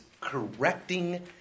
correcting